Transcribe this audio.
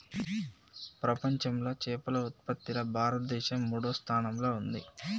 ప్రపంచంలా చేపల ఉత్పత్తిలా భారతదేశం మూడో స్థానంలా ఉంది